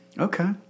Okay